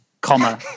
comma